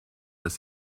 das